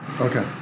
Okay